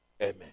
Amen